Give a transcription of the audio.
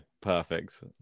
perfect